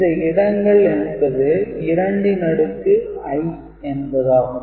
இந்த இடங்கள் என்பது 2 ன் அடுக்கு i என்பதாகும்